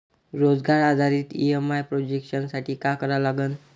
रोजगार आधारित EMI projection साठी का करा लागन?